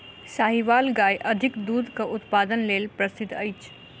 साहीवाल गाय अधिक दूधक उत्पादन लेल प्रसिद्ध अछि